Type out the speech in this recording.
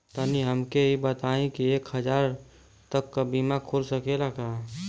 तनि हमके इ बताईं की एक हजार तक क बीमा खुल सकेला का?